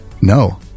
No